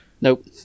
Nope